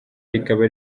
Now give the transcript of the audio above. rikaba